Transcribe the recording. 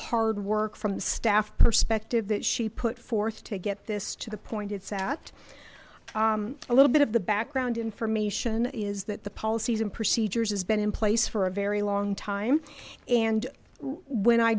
hard work from the staff perspective that she put forth to get this to the point it's at a little bit of the background information is that the policies and procedures has been in place for a very long time and when i